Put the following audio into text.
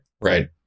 Right